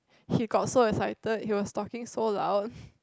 he got so excited he was talking so loud